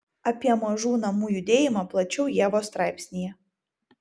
apie mažų namų judėjimą plačiau ievos straipsnyje